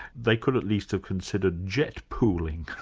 they could at least have considered jet-pooling.